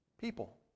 people